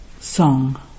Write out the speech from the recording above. Song